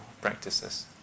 practices